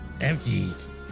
Empties